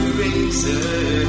razor